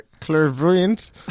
Clairvoyant